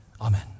Amen